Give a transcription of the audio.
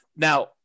Now